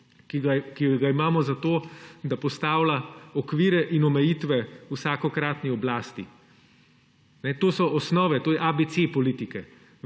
ki ga imamo zato, da postavlja okvire in omejitve vsakokratni oblasti. To so osnove, to je abc politike.